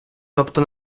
тобто